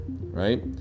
right